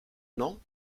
non